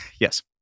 Yes